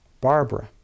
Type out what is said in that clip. Barbara